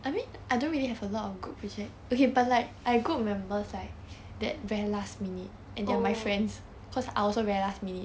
oh